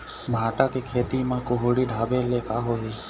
भांटा के खेती म कुहड़ी ढाबे ले का होही?